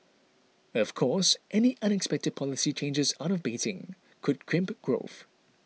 of course any unexpected policy changes out of Beijing could crimp growth